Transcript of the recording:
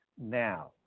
now